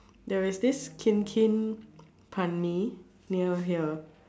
there is this Kin-Kin ban-mee near here